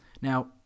now